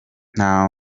nta